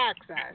access